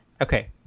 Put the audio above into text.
Okay